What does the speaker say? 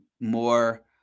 more